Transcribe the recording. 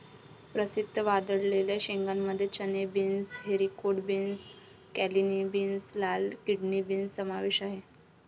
प्रसिद्ध वाळलेल्या शेंगांमध्ये चणे, beans, haricot beans, cannellini beans, लाल किडनी बीन्स समावेश आहे